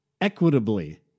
equitably